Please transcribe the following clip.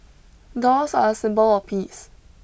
doves are a symbol of peace